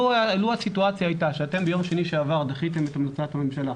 לו הסיטואציה הייתה שאתם ביום שני שעבר דחיתם את המלצת הממשלה,